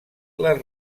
les